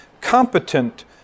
competent